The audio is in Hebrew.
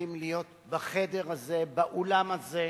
צריכים להיות בחדר הזה, באולם הזה,